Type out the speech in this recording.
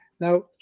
Now